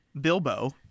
Bilbo